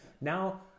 Now